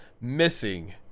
missing